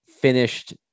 finished